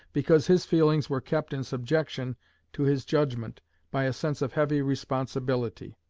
because his feelings were kept in subjection to his judgment by a sense of heavy responsibility.